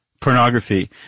pornography